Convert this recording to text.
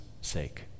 sake